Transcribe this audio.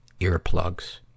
Earplugs